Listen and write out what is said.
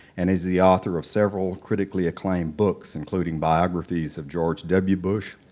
and he's the author of several critically acclaimed books, including biographies of george w. bush,